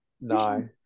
No